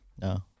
No